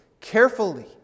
Carefully